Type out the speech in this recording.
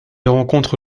rencontre